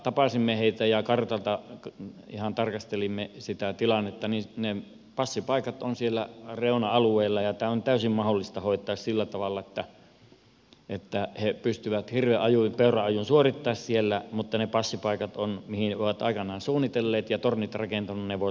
tapasimme heitä ja kartalta ihan tarkastelimme sitä tilannetta ja ne passipaikat ovat siellä reuna alueilla ja tämä on täysin mahdollista hoitaa sillä tavalla että he pystyvät hirvenajon ja peuranajon suorittamaan siellä mutta ne passipaikat voisivat olla siinä mihin he ovat ne aikoinaan suunnitelleet ja tornit rakentaneet